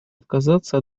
отказаться